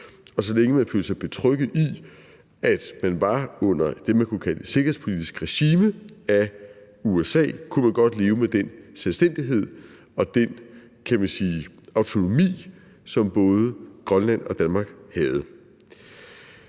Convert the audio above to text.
og så længe man følte sig betrygget i, at man var under det, man kunne kalde et sikkerhedspolitisk regime af USA, så kunne man godt leve med den selvstændighed og den autonomi, som både Grønland og Danmark havde.